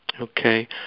Okay